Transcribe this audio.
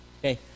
Okay